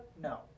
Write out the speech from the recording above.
no